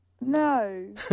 No